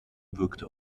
wirkte